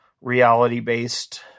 reality-based